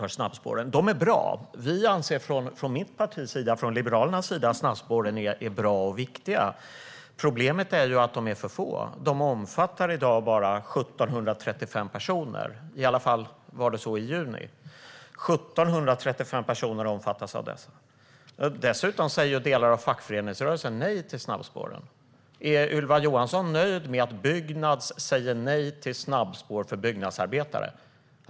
Snabbspåren är bra. Från Liberalernas sida anser vi att de är bra och viktiga. Problemet är bara att de är för få. De omfattar i dag bara 1 735 personer. I alla fall var det så i juni. Dessutom säger delar av fackföreningsrörelsen nej till snabbspåren. Är Ylva Johansson nöjd med att Byggnads säger nej till snabbspår för byggnadsarbetare?